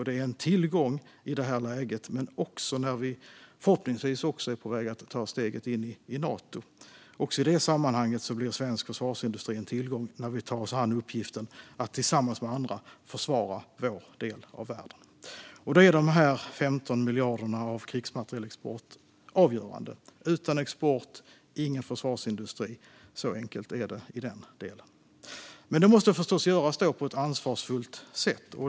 Det är en tillgång i det här läget men också när vi förhoppningsvis är på väg att ta steget in i Nato. Även i det sammanhanget blir svensk försvarsindustri en tillgång när vi tar oss an uppgiften att tillsammans med andra försvara vår del av världen. Då är de 15 miljarderna av krigsmaterielexport avgörande. Utan export har vi ingen försvarsindustri. Så enkelt är det. Men det måste förstås göras på ett ansvarsfullt sätt.